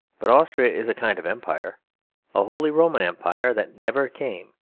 but austria is a kind of empire a holy roman empire that never came,